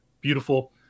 Beautiful